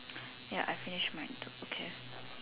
ya I finish mine too okay